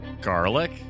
Garlic